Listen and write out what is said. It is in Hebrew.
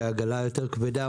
שהעגלה יותר כבדה,